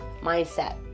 mindset